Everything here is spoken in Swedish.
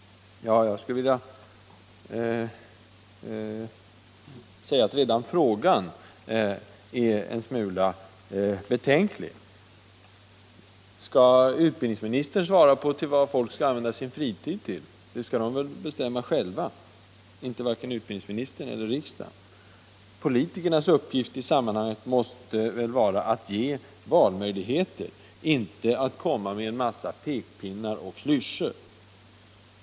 Jag skulle vilja säga att redan frågan är en smula betänklig. Skall utbildningsministern svara på vad folk skall använda sin fritid till? Det skall de väl bestämma själva — inte vare sig utbildningsministern eller riksdagen. Politikernas uppgift i sammanhanget måste vara att ge valmöjligheter, inte att komma med en massa pekpinnar och klyschor.